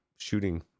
shooting